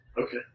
Okay